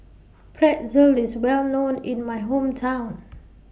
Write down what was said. Pretzel IS Well known in My Hometown